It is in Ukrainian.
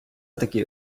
таки